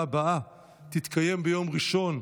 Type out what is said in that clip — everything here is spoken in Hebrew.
הצעות חוק לדיון מוקדם,